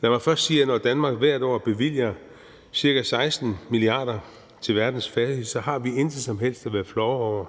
Lad mig først sige, at når Danmark hvert år bevilger ca. 16 mia. kr. til verdens fattige, har vi intet som helst at være flove over.